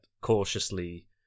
cautiously